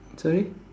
sorry